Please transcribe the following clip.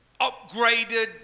upgraded